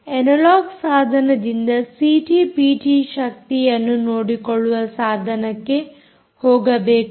analogue ಸಾಧನದಿಂದ CT PT ಶಕ್ತಿಯನ್ನು ನೋಡಿಕೊಳ್ಳುವ ಸಾಧನಕ್ಕೆ ಹೋಗಬೇಕು